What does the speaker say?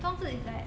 冬至 is like